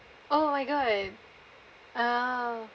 oh my god uh